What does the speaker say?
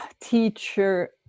teacher